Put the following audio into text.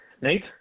Nate